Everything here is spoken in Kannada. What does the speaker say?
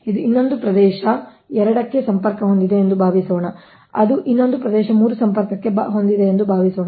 ಇದು ಇನ್ನೊಂದು ಪ್ರದೇಶ 2 ಕ್ಕೆ ಸಂಪರ್ಕ ಹೊಂದಿದೆ ಎಂದು ಭಾವಿಸೋಣ ಅದು ಇನ್ನೊಂದು ಪ್ರದೇಶ 3 ಕ್ಕೆ ಸಂಪರ್ಕ ಹೊಂದಿದೆ ಎಂದು ಭಾವಿಸೋಣ